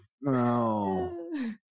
No